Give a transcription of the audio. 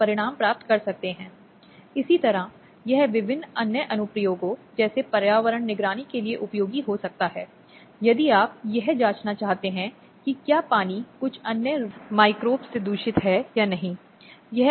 यह आदेश प्रकृति में अस्थायी है और निगरानी और संरक्षकता पर मौजूदा कानूनों के तहत अधिकारों को प्रभावित नहीं करता है